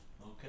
Okay